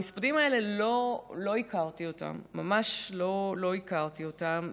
המספדים האלה, לא הכרתי אותם, ממש לא הכרתי אותם.